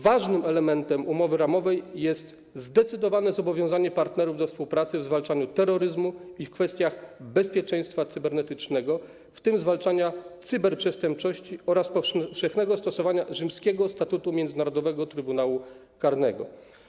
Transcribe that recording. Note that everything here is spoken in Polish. Ważnym elementem umowy ramowej jest zdecydowane zobowiązanie partnerów do współpracy w zwalczaniu terroryzmu i w kwestiach bezpieczeństwa cybernetycznego, w tym zwalczaniu cyberprzestępczości oraz powszechnym stosowaniu Rzymskiego Statutu Międzynarodowego Trybunału Karnego.